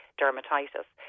dermatitis